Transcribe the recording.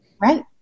Right